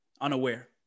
Unaware